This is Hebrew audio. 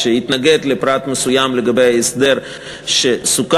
שהתנגד לפרט מסוים לגבי ההסדר שסוכם.